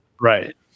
Right